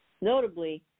Notably